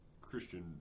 Christian